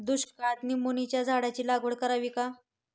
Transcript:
दुष्काळात निंबोणीच्या झाडाची लागवड करावी का?